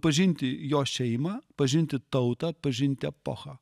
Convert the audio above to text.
pažinti jo šeimą pažinti tautą pažinti epochą